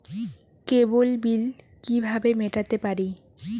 কেবল bill কিভাবে মেটাতে পারি?